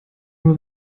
nur